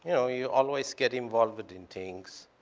know, you always get involved in things.